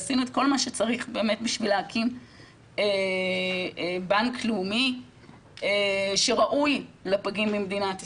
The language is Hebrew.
עשינו כל מה שצריך כדי להקים בנק לאומי שראוי לפגים במדינת ישראל.